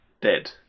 dead